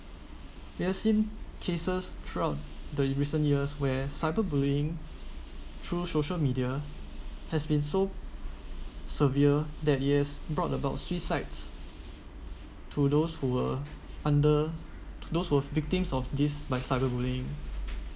we have seen cases throughout the recent years where cyberbullying through social media has been so severe that it has brought about suicide to those who were under to those were victims of this by cyberbullying